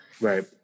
Right